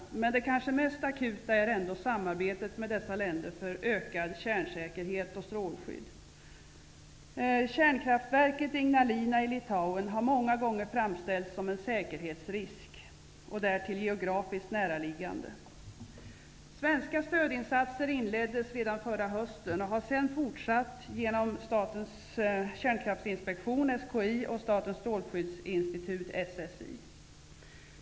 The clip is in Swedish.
Men det kanske mest akuta är ändå samarbetet med dessa länder till gagn för ökad kärnsäkerhet och strålskydd. Kärnkraftverket Ignalina i Litauen har många gånger framställts som en säkerhetsrisk. Därtill är det geografiskt näraliggande. Svenska stödinsatser inleddes redan förra hösten och har sedan fortsatt genom Statens kärnkraftsinspektion, SKI, och Statens strålskyddsinstitut, SSI.